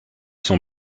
sont